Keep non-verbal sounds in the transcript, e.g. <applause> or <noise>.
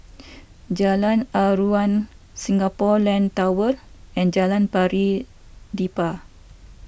<noise> Jalan Aruan Singapore Land Tower and Jalan Pari Dedap